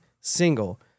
single